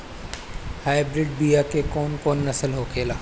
Hybrid बीया के कौन कौन नस्ल होखेला?